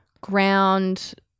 ground